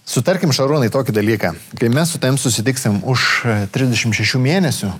sutarkim šarūnai tokį dalyką kai mes su tavim susitiksim už trisdešim šešių mėnesių